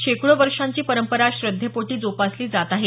शेकडो वर्षाची परंपरा श्रद्धेपोटी जोपासली जात आहे